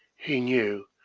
he knew,